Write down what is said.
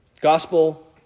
Gospel